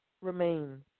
remain